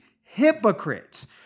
hypocrites